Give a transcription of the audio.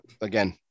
again